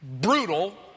brutal